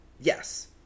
Yes